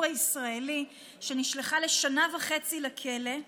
הישראלי שהיא נשלחה לשנה וחצי לכלא,